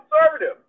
conservative